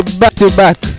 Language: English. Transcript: back-to-back